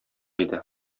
иде